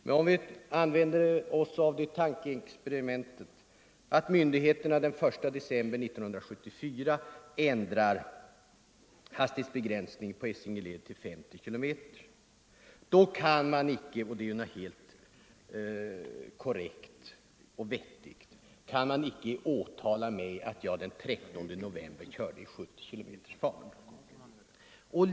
Men låt oss göra tankeexperimentet att myndigheterna den 1 december 1974 ändrar hastighetsbegränsningen på Essingeleden till 50 kilometer i timmen. Det är icke möjligt att efter den 1 december 1974 åtala mig för att jag den 13 november körde med en fart av 70 kilometer i timmen.